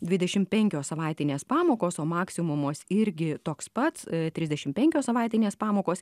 dvidešimt penkios savaitinės pamokos o maksimumas irgi toks pats trisdešimt penkios savaitinės pamokos